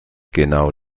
genau